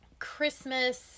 Christmas